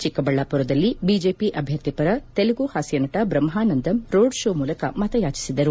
ಚಿಕ್ಕಬಳ್ಳಾಪುರದಲ್ಲಿ ಬಿಜೆಪಿ ಅಭ್ಯರ್ಥಿಪರ ತೆಲುಗು ಹಾಸ್ಲನಟ ಬ್ರಹ್ಮಾನಂದಂ ರೋಡ್ ಕೋ ಮೂಲಕ ಮತಯಾಚಿಸಿದರು